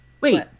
Wait